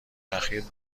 اخیر